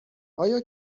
آیا